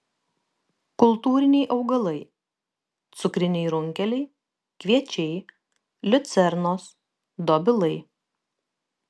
kultūriniai augalai cukriniai runkeliai kviečiai liucernos dobilai